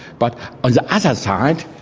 but on the other side,